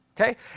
Okay